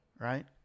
right